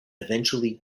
eventually